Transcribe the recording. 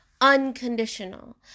unconditional